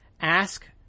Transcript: ask